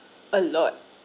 a lot